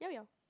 llao-llao